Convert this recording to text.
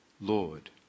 Lord